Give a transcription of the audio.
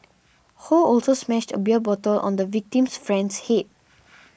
Ho also smashed a beer bottle on the victim's friend's head